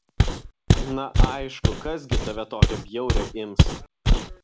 na aišku kas gi tave tokią bjaurią ims